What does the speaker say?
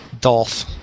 Dolph